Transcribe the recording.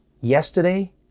yesterday